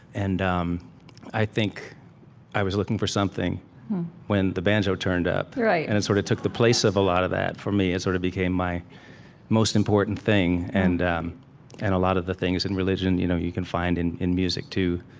and um i think i was looking for something when the banjo turned up and sort of took the place of a lot of that for me. it sort of became my most important thing. and um and a lot of the things in religion you know you can find in in music too,